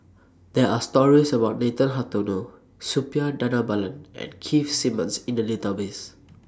There Are stories about Nathan Hartono Suppiah Dhanabalan and Keith Simmons in The Database